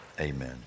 amen